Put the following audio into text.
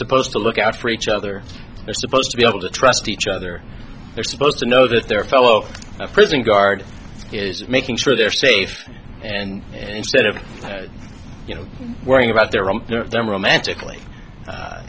supposed to look out for each other they're supposed to be able to trust each other they're supposed to know that their fellow prison guard is making sure they're safe and and instead of you know worrying about their own fear of them romantically